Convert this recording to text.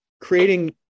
creating